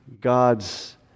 God's